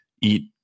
eat